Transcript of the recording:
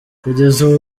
kugeza